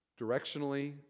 directionally